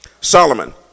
Solomon